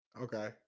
okay